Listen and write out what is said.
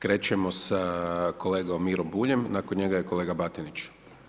Krećemo sa kolegom Miro Buljem, nakon njega je kolega Batinić.